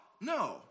No